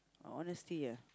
honesty ah